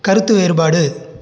கருத்து வேறுபாடு